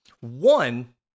One